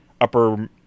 upper